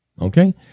Okay